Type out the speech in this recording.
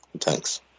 thanks